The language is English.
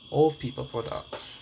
old people products